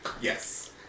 Yes